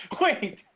wait